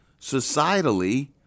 Societally